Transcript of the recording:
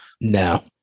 No